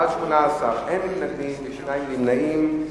בעד, 18, אין מתנגדים ושניים נמנעים.